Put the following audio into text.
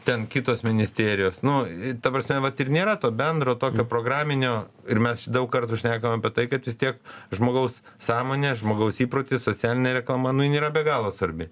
ten kitos ministerijos nu ta prasme vat ir nėra to bendro tokio programinio ir mes daug kartų šnekam apie tai kad vis tiek žmogaus sąmonė žmogaus įprotis socialinė reklama nu jin yra be galo svarbi